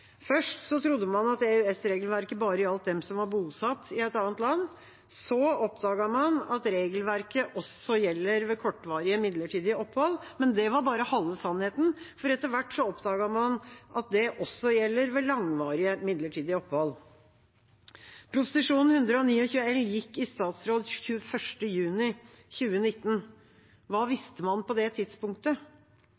Først trodde man at EØS-regelverket bare gjaldt dem som var bosatt i et annet land. Så oppdaget man at regelverket også gjelder ved kortvarige midlertidige opphold, men det var bare halve sannheten, for etter hvert oppdaget man at det også gjelder ved langvarige midlertidige opphold. Prop. 129 L for 2018–2019 gikk i statsråd 21. juni 2019. Hva